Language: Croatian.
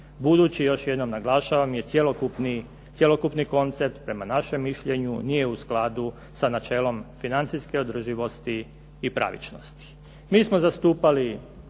budući još jednom naglašavam je cjelokupni koncept prema našem mišljenju nije u skladu sa načelom financijske održivosti i pravičnosti.